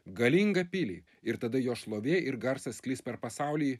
galingą pilį ir tada jo šlovė ir garsas sklis per pasaulį